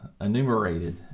enumerated